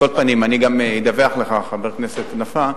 על כל פנים, אני גם אדווח לך, חבר הכנסת נפאע,